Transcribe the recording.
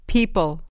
People